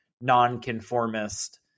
nonconformist